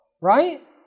right